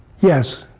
yes,